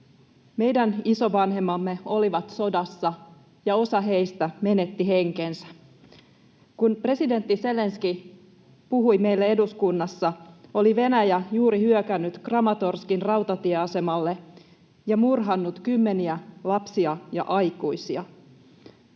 Meidän isovanhempamme olivat sodassa, ja osa heistä menetti henkensä. Kun presidentti Zelenskyi puhui meille eduskunnassa, oli Venäjä juuri hyökännyt Kramatorskin rautatieasemalle ja murhannut kymmeniä lapsia ja aikuisia.